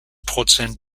prozent